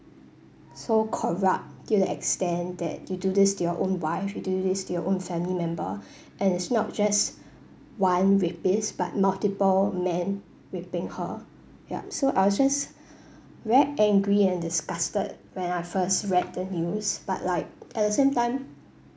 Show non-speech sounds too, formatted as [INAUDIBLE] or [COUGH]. so corrupt till the extent that you do this to your own wife you do this to your own family member [BREATH] and it's not just one rapist but multiple men raping her yup so I was just [BREATH] very angry and disgusted when I first read the news but like at the same time